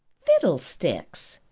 fiddlesticks!